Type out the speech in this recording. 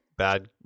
Bad